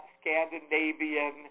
Scandinavian